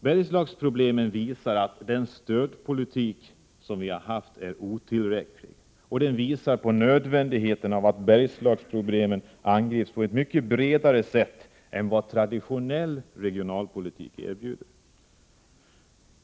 Bergslagsproblemen visar att den stödpolitik som förts har varit otillräcklig, och de visar nödvändigheten av en mycket bredare lösning än vad traditionell regionalpolitik erbjuder.